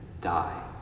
die